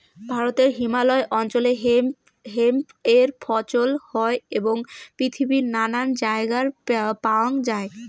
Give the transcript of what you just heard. ভারতে হিমালয় অঞ্চলে হেম্প এর ফছল হই এবং পৃথিবীর নানান জায়গায় প্যাওয়াঙ যাই